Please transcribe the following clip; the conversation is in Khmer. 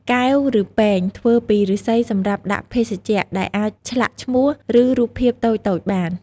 កែវ ឬពែង ធ្វើពីឫស្សីសម្រាប់ដាក់ភេសជ្ជៈ ដែលអាចឆ្លាក់ឈ្មោះ ឬរូបភាពតូចៗបាន។